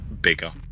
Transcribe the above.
bigger